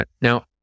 Now